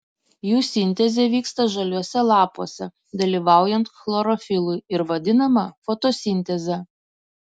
jų sintezė vyksta žaliuose lapuose dalyvaujant chlorofilui ir vadinama fotosinteze